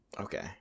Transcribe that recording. Okay